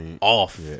off